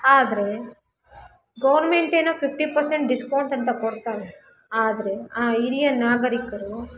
ಆದರೆ ಗೌರ್ಮೆಂಟೆನೋ fifty percent discount ಅಂತ ಕೊಡ್ತಾರೆ ಆದರೆ ಆ ಹಿರಿಯ ನಾಗರೀಕರು